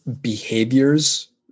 behaviors